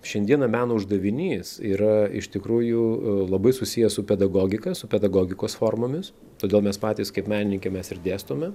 šiandieną meno uždavinys yra iš tikrųjų labai susijęs su pedagogika su pedagogikos formomis todėl mes patys kaip menininkę mes ir dėstome